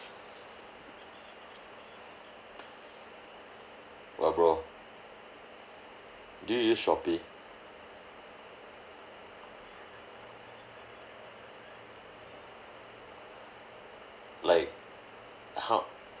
!wah! bro do you use Shopee like how